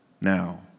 now